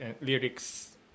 lyrics